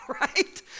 right